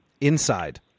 Inside